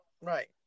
Right